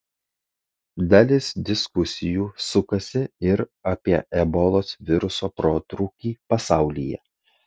dalis diskusijų sukasi ir apie ebolos viruso protrūkį pasaulyje